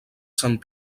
sant